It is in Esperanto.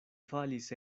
falis